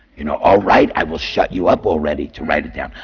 you know, all right, i will shut you up already, to write it down.